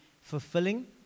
fulfilling